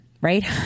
right